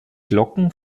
glocken